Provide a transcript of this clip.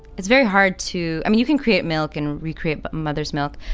it's very hard to i mean, you can create milk and recreate but mother's milk.